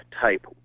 type